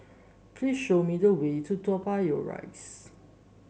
please show me the way to Toa Payoh Rise